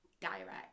Direct